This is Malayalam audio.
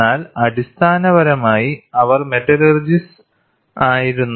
എന്നാൽ അടിസ്ഥാനപരമായി അവർ മെറ്റലുറജിസ്റ്സ് ആയിരുന്നു